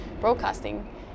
broadcasting